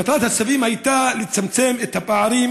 מטרת הצווים הייתה לצמצם את הפערים